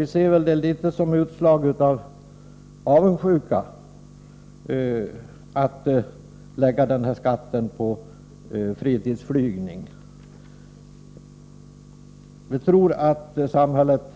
Vi ser det litet som ett utslag av avundsjuka att lägga den här skatten på fritidsflygning. Vi tror att samhället